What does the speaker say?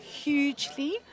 hugely